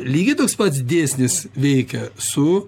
lygiai toks pats dėsnis veikia su